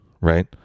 right